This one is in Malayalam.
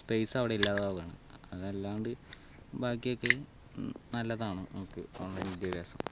സ്പേസവിടെ ഇല്ലാതാവുകയാണ് അതല്ലാണ്ട് ബാക്കിയൊക്കെ നല്ലതാണു നമുക്ക് ഓൺലൈൻ വിദ്യാഭ്യാസം